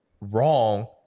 wrong